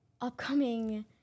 upcoming